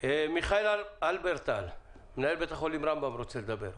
מיכאל הלברטל, מנהל בית החולים רמב"ם רוצה לדבר.